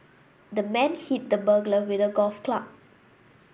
the man hit the burglar with a golf club